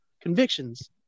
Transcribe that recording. convictions